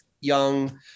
young